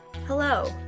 Hello